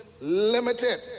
Limited